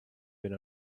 been